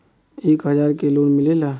एक हजार के लोन मिलेला?